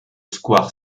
square